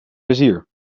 plezier